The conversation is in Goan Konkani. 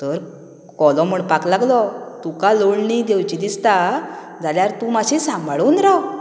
तर कोलो म्हणपाक लागलो तुका लोळणी घेवची दिसता जाल्यार तूं मात्शी सांबाळून राव